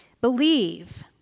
Believe